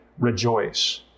rejoice